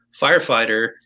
firefighter